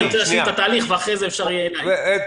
אני רוצה להשלים את התהליך ואחרי זה אפשר יהיה לשאול.